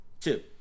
Two